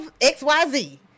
XYZ